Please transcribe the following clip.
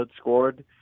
scored